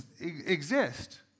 exist